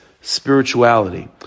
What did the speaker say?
spirituality